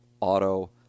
auto